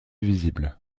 visibles